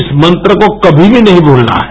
इस मंत्र को कभी भी नहीं भूलना है